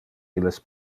illes